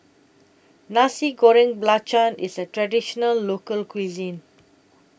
Nasi Goreng Belacan IS A Traditional Local Cuisine